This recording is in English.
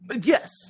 Yes